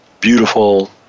beautiful